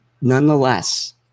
Nonetheless